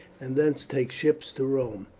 and thence take ship to rome.